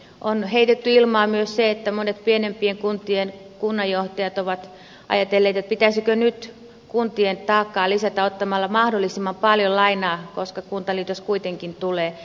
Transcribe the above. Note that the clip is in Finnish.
on heitetty ilmaan myös se että monet pienempien kuntien kunnanjohtajat ovat ajatelleet pitäisikö nyt kuntien taakkaa lisätä ottamalla mahdollisimman paljon lainaa koska kuntaliitos kuitenkin tulee